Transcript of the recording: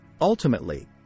Ultimately